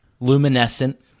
Luminescent